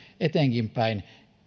eteenkinpäin